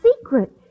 secret